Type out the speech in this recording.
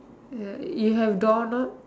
ya you have door knob